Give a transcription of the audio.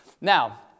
Now